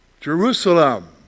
Jerusalem